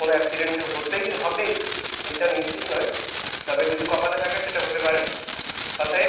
কোনো অ্যাক্সিডেন্ট হতে হবেই এটা নিশ্চিত নয় তবে যদি কপালে থাকে সেটা হতে পারে অতএব